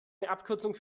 abkürzung